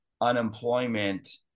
unemployment